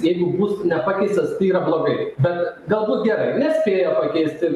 jeigu bus nepakeistas tai yra blogai bet galbūt gerai nespėjo pakeisti